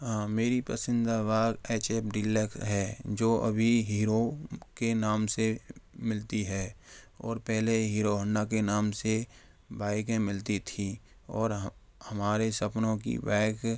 हाँ मेरी पसंदीदा बार एच एफ डीलक्स है जो अभी हीरो के नाम से मिलती है और पहले हीरो होंडा के नाम से बाइकें मिलती थीं और हमारे सपनों की बाइक